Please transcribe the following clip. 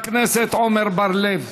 52 מתנגדים,